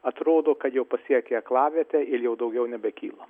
atrodo kad jau pasiekė aklavietę ir jau daugiau nebekyla